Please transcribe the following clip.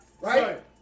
right